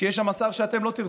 שיהיה שם שר שאתם לא תרצו.